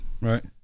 Right